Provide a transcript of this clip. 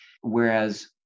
Whereas